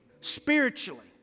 spiritually